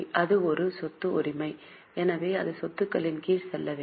இது ஒரு சொத்து உரிமை எனவே அது சொத்துக்களின் கீழ் செல்ல வேண்டும்